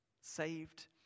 saved